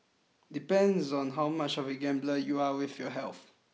depends on how much of a gambler you are with your health